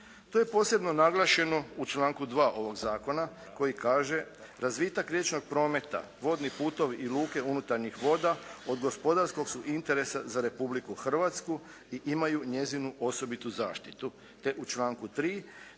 To je posebno naglašeno u članku 2. ovog Zakona koji kaže razvitak riječnog prometa, vodni putovi i luke unutarnjih voda od gospodarskog su interesa za Republiku Hrvatsku i imaju njezinu osobitu zaštitu